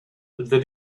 that